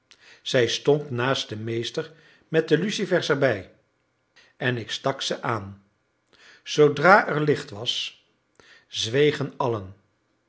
zij stond naast den meester met de lucifers erbij en ik stak ze aan zoodra er licht was zwegen allen